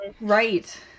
right